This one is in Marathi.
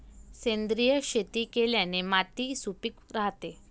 सेंद्रिय शेती केल्याने माती सुपीक राहते